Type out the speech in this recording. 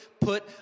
put